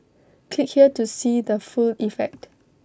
click here to see the full effect